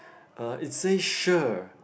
uh it say cher